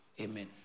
Amen